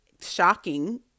shocking